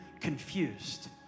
confused